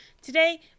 Today